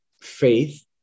Faith